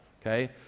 okay